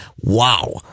Wow